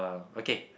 okay